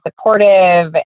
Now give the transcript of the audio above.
supportive